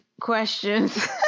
questions